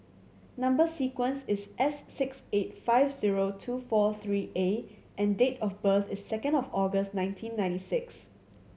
number sequence is S six eight five zero two four three A and date of birth is second of August nineteen ninety six